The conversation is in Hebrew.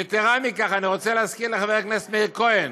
יתרה מכך, אני רוצה להזכיר לחבר הכנסת מאיר כהן,